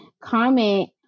comment